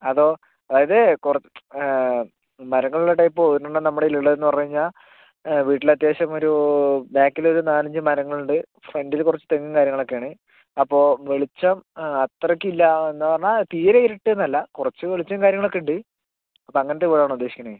അതോ അതായത് കുറച്ച് മരങ്ങളുള്ള ടൈപ്പ് ഒരെണ്ണം നമ്മുടെ കൈയ്യിൽ ഉള്ളതെന്ന് പറഞ്ഞു കഴിഞ്ഞാൽ വീട്ടിലത്യാവശ്യം ഒരു ബേക്കിലൊരു നാലഞ്ച് മരങ്ങളുണ്ട് ഫ്രണ്ടിൽ കുറച്ച് തെങ്ങും കാര്യങ്ങളൊക്കെയാണ് അപ്പോൾ വെളിച്ചം അത്രയ്ക്കില്ലാ എന്നു പറഞ്ഞാൽ തീരെ ഇരുട്ടെന്നല്ല കുറച്ച് വെളിച്ചം കാര്യങ്ങളൊക്കെ ഉണ്ട് അപ്പോൾ അങ്ങനത്തെ വീടാണോ ഉദ്ദേശിക്കുന്നത്